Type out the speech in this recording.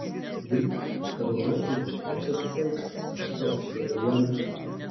grįžk tavo nuožiūron trečiasis aukštas aš persikėliau į antrą